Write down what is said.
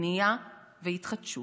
בנייה והתחדשות,